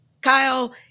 Kyle